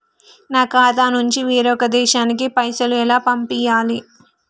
మా ఖాతా నుంచి వేరొక దేశానికి పైసలు ఎలా పంపియ్యాలి?